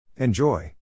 Enjoy